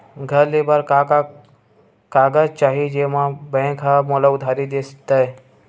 घर ले बर का का कागज चाही जेम मा बैंक हा मोला उधारी दे दय?